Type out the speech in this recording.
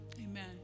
Amen